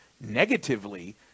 negatively